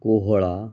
कोहळा